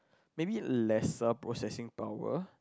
maybe lesser processing power